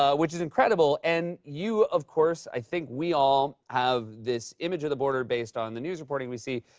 ah which is incredible. and you, of course, i think we all have this image of the border based on the news reporting we see.